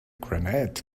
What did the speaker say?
grenade